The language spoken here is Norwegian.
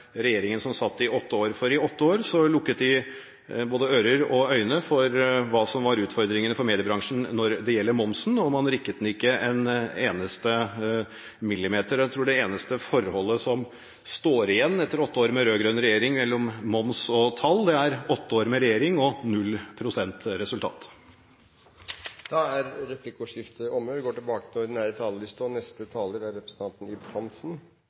regjeringen som satt i åtte år, gjorde. For i åtte år lukket de både ører og øyne for hva som var utfordringene for mediebransjen når det gjelder momsen, og man rikket den ikke en eneste millimeter. Jeg tror det eneste forholdet som står igjen etter åtte år med rød-grønn regjering, mellom moms og tall, er åtte år med regjering og 0 pst. resultat. Da er replikkordskiftet omme. Kulturpolitikken skal bidra til å gi mennesker mulighet til å delta og